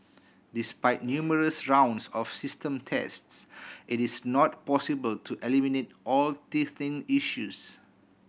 despite numerous rounds of system tests it is not possible to eliminate all teething issues